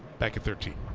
back at thirteen.